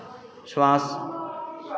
श्वास